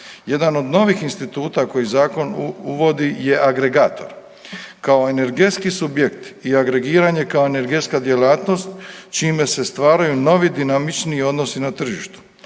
Jedan od novih instituta koji zakon uvodi je agregator kao energetski subjekt i agregiranje kao energetska djelatnost čime se stvaraju novi dinamičniji odnosi na tržištu.